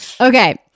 Okay